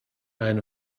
einen